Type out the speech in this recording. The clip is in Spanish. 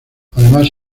además